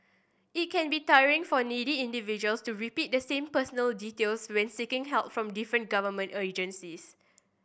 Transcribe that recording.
it can be tiring for needy individuals to repeat the same personal details when seeking help from different government agencies